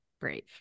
brave